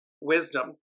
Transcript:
wisdom